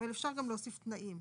אבל אפשר גם להוסיף תנאים,